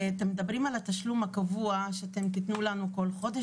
אתם מדברים על התשלום הקבוע שאתם תיתנו לנו כל חודש,